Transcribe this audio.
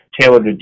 tailored